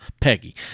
Peggy